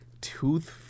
Tooth